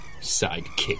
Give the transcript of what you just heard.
sidekick